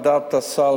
ועדת הסל,